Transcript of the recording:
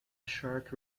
short